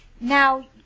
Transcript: now